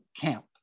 camp